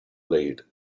lead